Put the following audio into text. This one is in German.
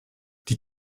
die